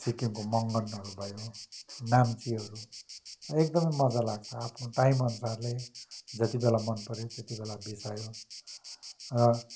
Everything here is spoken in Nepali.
सिक्किमको मङ्गनहरू भयो नाम्चीहरू एकदमै मज्जा लाग्छ आफ्नो टाइमअनुसारले जतिबेला मनपऱ्यो तेतिबेला बिसायो र